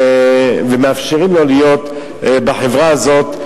ומאפשרים לו להיות בחברה הזאת,